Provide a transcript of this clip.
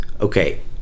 Okay